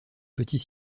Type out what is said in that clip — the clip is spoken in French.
petit